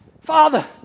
Father